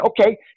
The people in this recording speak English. Okay